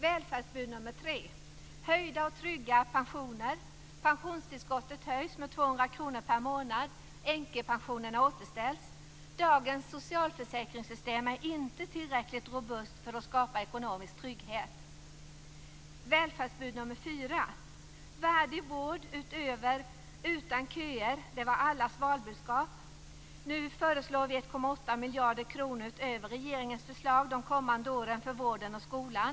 Välfärdsbud nummer tre: höjda och trygga pensioner. Pensionstillskottet höjs med 200 kr per månad och änkepensionerna återställs. Dagens socialförsäkringssystem är inte tillräckligt robust för att skapa ekonomisk trygghet. Det var allas valbudskap. Nu föreslår vi 1,8 miljarder kronor utöver regeringens förslag under de kommande åren för vården och skolan.